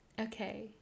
Okay